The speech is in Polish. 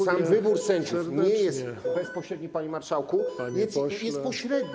Sam wybór sędziów nie jest bezpośredni, panie marszałku, jest pośredni.